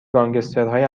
گانگسترهای